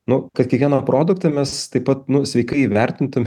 nu kad kiekvieną produktą mes taip pat nu sveikai įvertintume